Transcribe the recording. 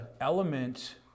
element